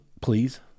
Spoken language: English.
Please